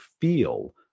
feel